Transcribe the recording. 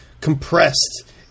compressed